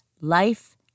life